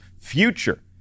future